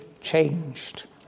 changed